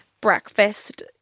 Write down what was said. breakfast